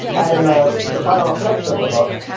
and in the the final section of the book,